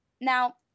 Now